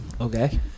Okay